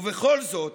ובכל זאת,